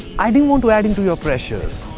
i didn't want to add into your pressures.